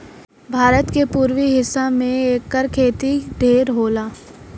भारत के पुरबी हिस्सा में एकर खेती ढेर होला